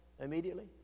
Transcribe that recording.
immediately